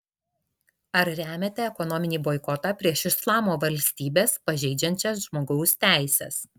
ar remiate ekonominį boikotą prieš islamo valstybes pažeidžiančias žmogaus teises